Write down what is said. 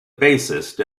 bassist